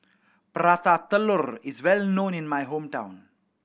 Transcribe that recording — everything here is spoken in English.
Prata Telur is well known in my hometown